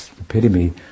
epitome